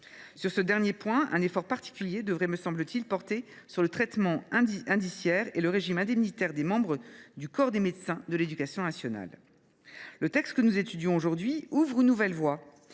Sur ce dernier point, un effort particulier devrait, me semble t il, porter sur le traitement indiciaire et le régime indemnitaire des membres du corps des médecins de l’éducation nationale. Le texte que nous étudions aujourd’hui ouvre une nouvelle voie.